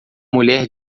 mulher